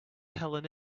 helen